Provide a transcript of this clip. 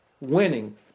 winning